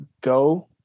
go